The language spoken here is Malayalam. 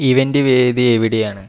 ഇവന്റ് വേദി എവിടെയാണ്